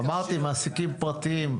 אמרתי, מעסיקים פרטיים.